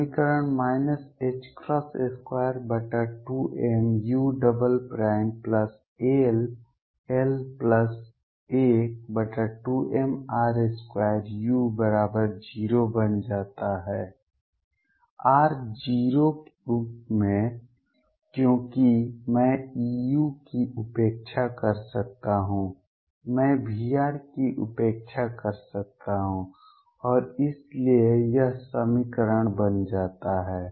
समीकरण 22mull12mr2u0 बन जाता है r → 0 के रूप में क्योंकि मैं E u की उपेक्षा कर सकता हूं मैं Vr की उपेक्षा कर सकता हूं और इसलिए यह समीकरण बन जाता है